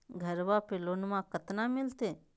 घरबा पे लोनमा कतना मिलते?